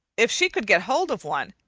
if she could get hold of one,